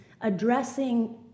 addressing